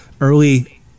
early